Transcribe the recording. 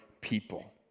people